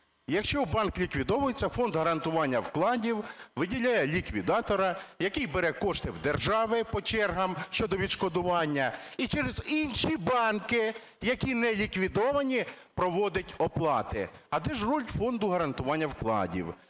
якщо банк ліквідовується, Фонд гарантування вкладів виділяє ліквідатора, який бере кошти в держави по чергам щодо відшкодування, і через інші банки, які не ліквідовані, проводить оплати. А де ж роль Фонду гарантування вкладів?